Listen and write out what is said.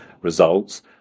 results